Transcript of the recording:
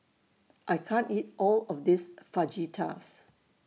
I can't eat All of This Fajitas